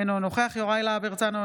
אינו נוכח יוראי להב הרצנו,